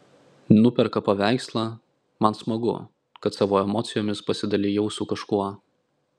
nuperka paveikslą man smagu kad savo emocijomis pasidalijau su kažkuo